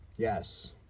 Yes